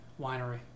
Winery